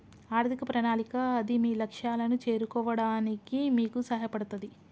ఆర్థిక ప్రణాళిక అది మీ లక్ష్యాలను చేరుకోవడానికి మీకు సహాయపడతది